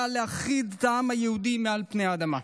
להכחיד את העם היהודי מעל פני האדמה.